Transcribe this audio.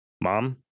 Mom